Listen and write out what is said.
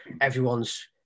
Everyone's